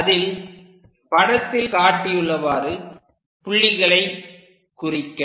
அதில் படத்தில் காட்டியுள்ளவாறு புள்ளிகளை குறிக்க